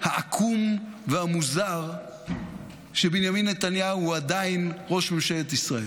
העקום והמוזר שבנימין נתניהו הוא עדיין ראש ממשלת ישראל.